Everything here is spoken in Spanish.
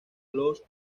los